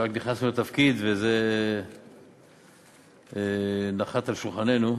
שרק נכנסנו לתפקיד וזה נחת על שולחננו.